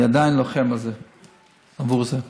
אני עדיין לוחם עבור זה.